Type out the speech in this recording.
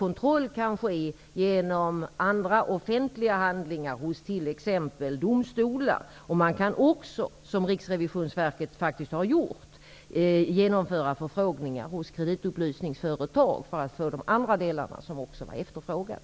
Kontroll kan ske i andra offentliga handlingar, t.ex. hos domstolar. Man kan också, vilket Riksrevisionsverket faktiskt har gjort, genomföra förfrågningar hos kreditupplysningsföretag för att få de andra uppgifter som också var efterfrågade.